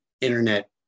internet